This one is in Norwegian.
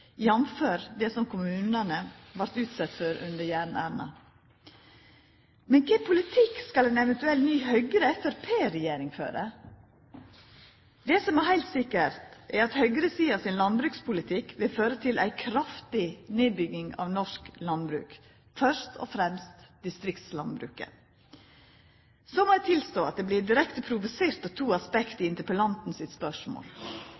det som kommunane vart utsette for under Jern-Erna. Men kva politikk skal ei eventuell ny Høgre–Framstegspartiet-regjering føra? Det som er heilt sikkert, er at høgresida sin landbrukspolitikk vil føra til ei kraftig nedbygging av norsk landbruk, først og fremst distriktslandbruket. Så må eg tilstå at eg vert direkte provosert av to aspekt i interpellanten sitt spørsmål.